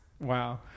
Wow